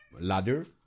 ladder